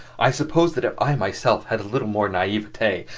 i suppose that if i myself had a little more naivete,